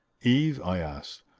eve, i asked,